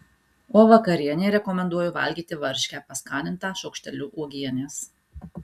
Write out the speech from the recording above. o vakarienei rekomenduoju valgyti varškę paskanintą šaukšteliu uogienės